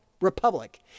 republic